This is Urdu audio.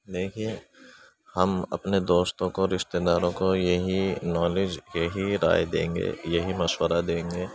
دیکھیے ہم اپنے دوستوں کو رشتے داروں کو یہی نالج یہی رائے دیں گے یہی مشورہ دیں گے